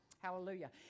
Hallelujah